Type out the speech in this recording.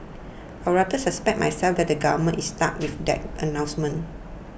I rather suspect myself that the government is stuck with that announcement